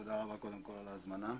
תודה על ההזמנה.